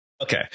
Okay